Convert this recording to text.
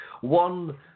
One